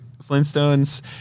Flintstones